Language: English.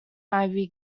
ivy